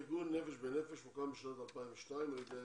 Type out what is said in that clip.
ארגון "נפש בנפש" הוקם בשנת 2002 על ידי